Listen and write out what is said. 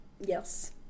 Yes